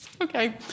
Okay